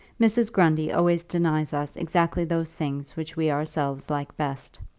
mrs. grundy always denies us exactly those things which we ourselves like best.